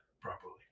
properly